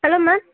hello ma'am